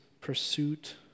pursuit